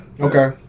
Okay